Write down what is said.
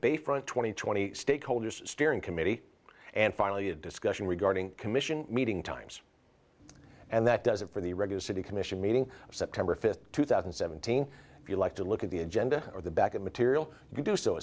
bayfront twenty twenty stakeholders steering committee and finally a discussion regarding commission meeting times and that does it for the regular city commission meeting september fifth two thousand and seventeen if you like to look at the agenda or the back of material if you do so